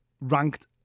ranked